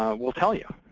will tell you,